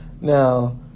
Now